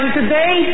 today